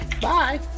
Bye